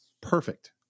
perfect